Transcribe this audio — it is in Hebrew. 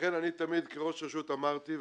לכן אני תמיד כראש רשות אמרתי,